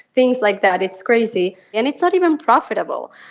things like that. it's crazy, and it's not even profitable.